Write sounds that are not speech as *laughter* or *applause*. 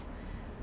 *breath*